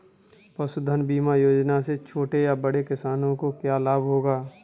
पशुधन बीमा योजना से छोटे या बड़े किसानों को क्या लाभ होगा?